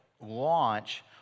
launch